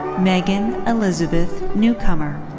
megan elizabeth newcomer.